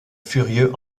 furieux